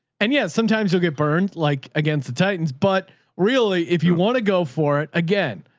and yet sometimes you'll get burned like against the titans, but really if you want to go for it again,